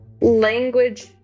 language